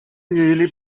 usually